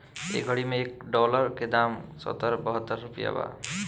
ए घड़ी मे एक डॉलर के दाम सत्तर बहतर रुपइया बा